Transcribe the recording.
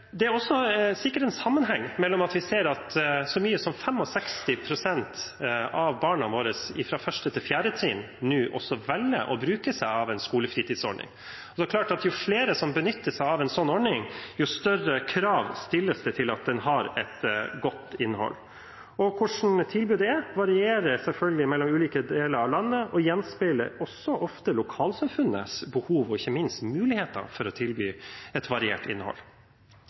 Det har sikkert også en sammenheng med at vi ser at så mye som 65 pst. av barna fra 1. til 4. trinn nå velger å benytte seg av en skolefritidsordning. Det er klart at jo flere som benytter seg av en slik ordning, jo større krav stilles det til at den har et godt innhold. Hvordan tilbudet er, varierer selvfølgelig mellom ulike deler av landet og gjenspeiler også ofte lokalsamfunnets behov og ikke minst muligheter for å tilby et variert innhold.